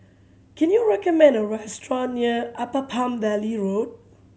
can you recommend a restaurant near Upper Palm Valley Road